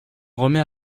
remet